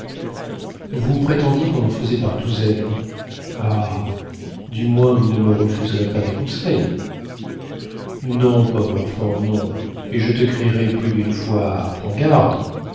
vous prétendiez qu'on en faisait par douzaines ah du moins vous ne me refuserez pas des conseils non pauvre enfant non et je te crierai plus d'une fois prends garde